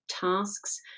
tasks